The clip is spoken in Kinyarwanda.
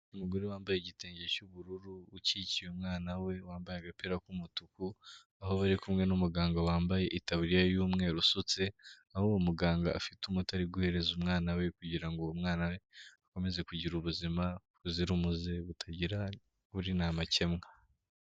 Umugore wambaye igitenge cy'ubururu, ukikiye umwana we wambaye agapira k'umutuku, aho bari kumwe n'umuganga wambaye itaburiya y'umweru usutse, aho uwo muganga afite umuti ari guhereza umwana we kugira mwana we akomeze kugira ubuzima buzira umuze, butagira, buri nta makemwa.